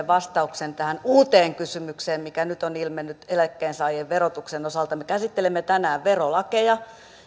vastauksen tähän uuteen kysymykseen mikä nyt on ilmennyt eläkkeensaajien verotuksen osalta me käsittelemme tänään verolakeja